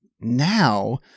Now